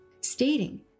stating